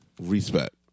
Respect